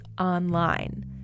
online